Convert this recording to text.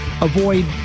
avoid